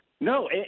No